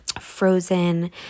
frozen